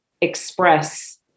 express